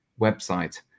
website